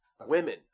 Women